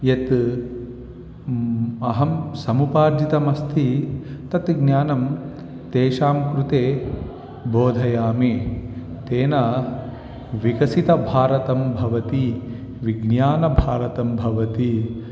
यत् अहं समुपादितमस्मि तत् ज्ञानं तेषां कृते बोधयामि तेन विकसितभारतं भवति विज्ञानभारतं भवति